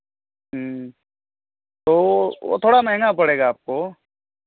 तो वह थोड़ा महँगा पड़ेगा आपको